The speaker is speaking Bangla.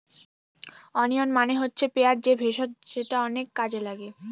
ওনিয়ন মানে হচ্ছে পেঁয়াজ যে ভেষজ যেটা অনেক কাজে লাগে